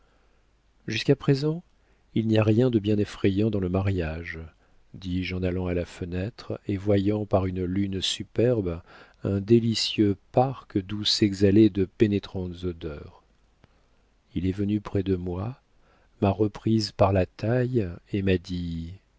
jusqu'à présent il n'y a rien de bien effrayant dans le mariage dis-je en allant à la fenêtre et voyant par une lune superbe un délicieux parc d'où s'exhalaient de pénétrantes odeurs il est venu près de moi m'a reprise par la taille et m'a dit